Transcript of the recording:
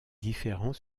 différent